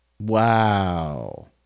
Wow